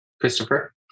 Christopher